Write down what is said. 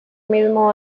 mismo